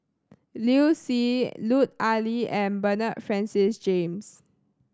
Liu Si Lut Ali and Bernard Francis James